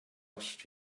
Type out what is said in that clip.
asked